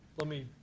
let me